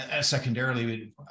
Secondarily